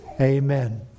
Amen